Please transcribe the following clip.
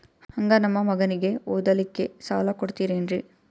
ಹಂಗ ನಮ್ಮ ಮಗನಿಗೆ ಓದಲಿಕ್ಕೆ ಸಾಲ ಕೊಡ್ತಿರೇನ್ರಿ?